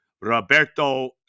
Roberto